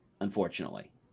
Unfortunately